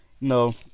No